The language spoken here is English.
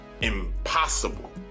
impossible